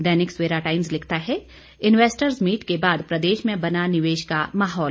दैनिक Savera Times लिखता है investors meet के बाद प्रदेश में बना निवेश का माहौल